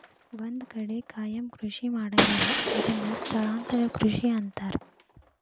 ಒಂದ ಕಡೆ ಕಾಯಮ ಕೃಷಿ ಮಾಡಂಗಿಲ್ಲಾ ಇದನ್ನ ಸ್ಥಳಾಂತರ ಕೃಷಿ ಅಂತಾರ